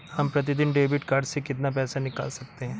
हम प्रतिदिन debit card से कितना पैसा निकाल सकते हैं?